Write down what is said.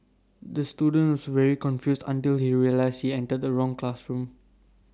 the student was very confused until he realised he entered the wrong classroom